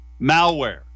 malware